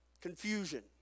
Confusion